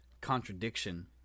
contradiction